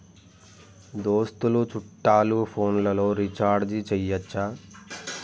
దోస్తులు చుట్టాలు ఫోన్లలో రీఛార్జి చేయచ్చా?